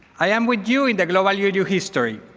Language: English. i am with you in the global u u history,